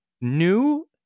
new